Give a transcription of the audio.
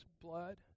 blood